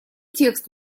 текст